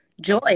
joy